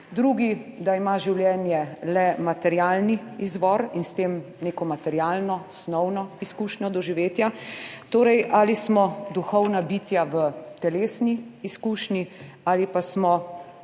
drugi, da ima življenje le materialni izvor in s tem neko materialno, snovno izkušnjo doživetja, torej, ali smo duhovna bitja v telesni izkušnji ali pa smo,